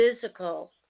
physical